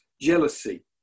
jealousy